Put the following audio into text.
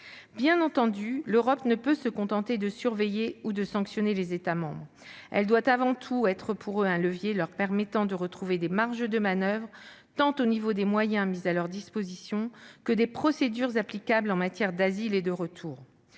Bien évidemment, l'Europe ne peut se contenter de surveiller ou de sanctionner les États membres. Elle doit avant tout être pour eux un levier leur permettant de retrouver des marges de manoeuvre, tant au niveau des moyens mis à leur disposition que des procédures applicables en matière d'asile et de retour.